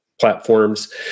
platforms